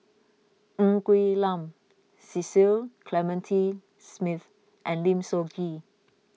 Ng Quee Lam Cecil Clementi Smith and Lim Soo Ngee